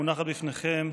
המונחת בפניכם,